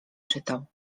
czytał